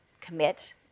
commit